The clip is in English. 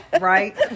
Right